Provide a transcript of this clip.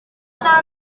nta